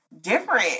Different